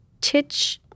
titch